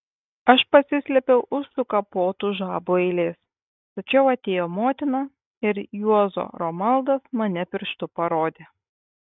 aš pasislėpiau už sukapotų žabų eilės tačiau atėjo motina ir juozo romaldas mane pirštu parodė